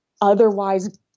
Otherwise